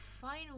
final